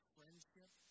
friendship